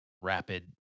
rapid